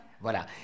Voilà